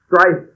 Strife